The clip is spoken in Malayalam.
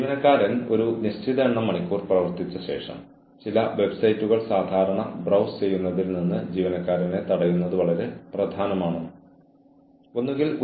യഥാർത്ഥത്തിൽ പ്രത്യേകിച്ച് മാനേജ്മെന്റ് ഫീൽഡിൽ പ്രത്യേകിച്ച് നിങ്ങൾ ഉയരത്തിൽ പോകുന്തോറും നിങ്ങൾ കൂടുതൽ അവ്യക്തനാകും